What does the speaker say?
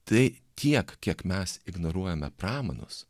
tai tiek kiek mes ignoruojame pramanus